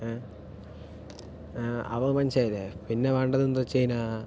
അപ്പ മനസിലായില്ലേ പിന്നെ വേണ്ടത് എന്താ വച്ച് കഴിഞ്ഞാൽ